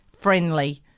friendly